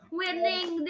winning